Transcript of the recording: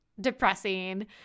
depressing